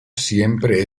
siempre